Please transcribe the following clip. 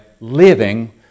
living